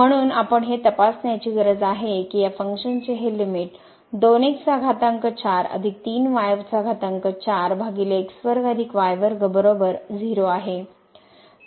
म्हणून आपण हे तपासण्याची गरज आहे की या फंक्शनची हे लिमिट बरोबर 0 आहे